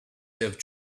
have